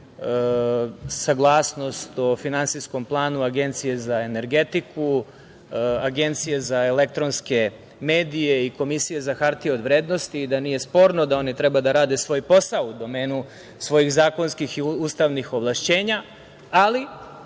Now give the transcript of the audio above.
saglasnost o Finansijskom planu Agencije za energetiku, Agencije za elektronske medije i Komisija za hartije od vrednosti, i da nije sporno da oni treba da rade svoj posao u domenu svojih zakonskih i ustavnih ovlašćenja, ali